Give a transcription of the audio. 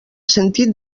sentit